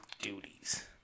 duties